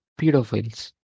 pedophiles